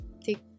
take